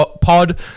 pod